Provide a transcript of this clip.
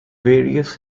various